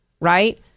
Right